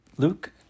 Luke